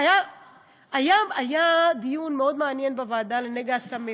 היה דיון מאוד מעניין בוועדה למאבק בנגע הסמים.